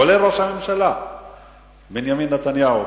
כולל ראש הממשלה בנימין נתניהו,